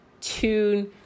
tune